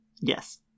yes